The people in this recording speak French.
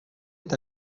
est